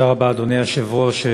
תודה רבה, אדוני היושב-ראש.